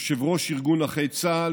יושב-ראש ארגון נכי צה"ל,